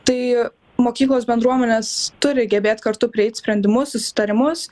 tai mokyklos bendruomenės turi gebėt kartu prieiti sprendimus susitarimus